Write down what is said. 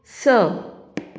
स